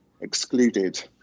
excluded